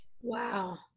Wow